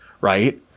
right